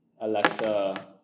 Alexa